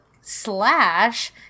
Slash